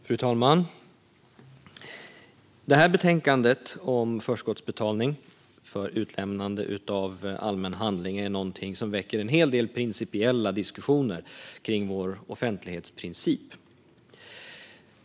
Fru talman! Detta betänkande om förskottsbetalning för utlämnande av allmän handling väcker en hel del principiella diskussioner om vår offentlighetsprincip.